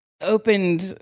opened